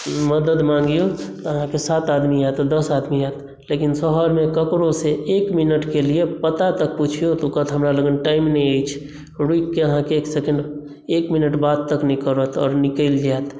मदद माँगियौ अहाँकेँ सात आदमी आयत दस आदमी आयत लेकिन शहरमे ककरोसँ एक मिनटकेँ लिए पता तक पुछियौ तऽ ओ कहत हमरा लग टाइम नहि अछि रुकिके अहाँकेँ एक सेकेण्ड एक मिनट बात तक नहि करत आओर निकलि जायत